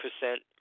percent